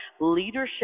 leadership